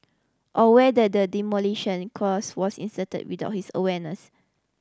or whether the demolition clause was inserted without his awareness